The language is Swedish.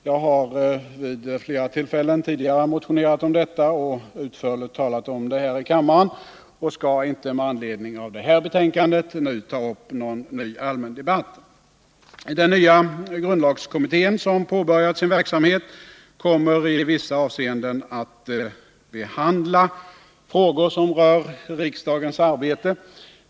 Jag har vid flera tillfällen tidigare motionerat om detta och utförligt talat om det här i kammaren, och jag skall inte med anledning av det här betänkandet nu ta upp någon ny allmän debatt. Den nya grundlagskommittén, som påbörjat sin verksamhet, kommer i vissa avseenden att behandla frågor som rör riksdagens arbete.